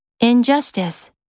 Injustice